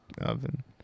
oven